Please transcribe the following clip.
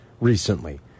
recently